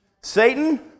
Satan